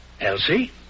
Elsie